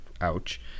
Ouch